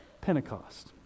Pentecost